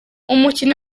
umukino